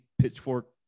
pitchfork